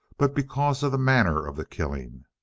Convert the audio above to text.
but because of the manner of the killing?